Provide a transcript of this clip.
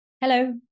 Hello